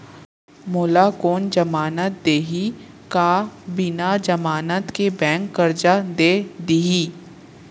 मोला कोन जमानत देहि का बिना जमानत के बैंक करजा दे दिही?